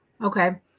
Okay